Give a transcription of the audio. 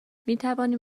میتوانیم